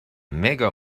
mega